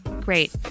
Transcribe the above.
Great